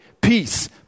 peace